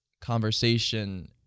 conversation